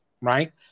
right